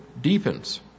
deepens